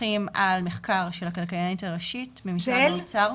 נסמכים על המחקר של הכלכלנית הראשית במשרד האוצר,